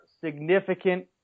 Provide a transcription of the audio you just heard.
significant